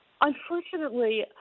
Unfortunately